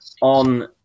on